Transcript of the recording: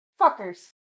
fuckers